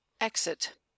exit